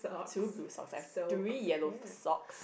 two blue socks and three yellow socks